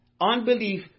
Unbelief